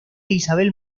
isabel